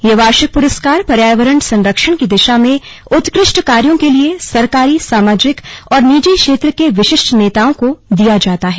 यह वार्षिक पुरस्कार पर्यावरण संरक्षण की दिशा में उत्कृष्ट कार्यो के लिए सरकारी सामाजिक और निजी क्षेत्र के विशिष्ट नेताओं को दिया जाता है